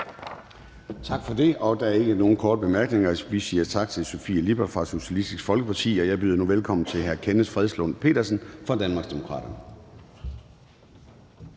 Tak for det. Der er ingen korte bemærkninger. Vi siger tak til fru Sofie Lippert fra Socialistisk Folkeparti. Jeg byder velkommen til hr. Kenneth Fredslund Petersen fra Danmarksdemokraterne.